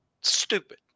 Stupid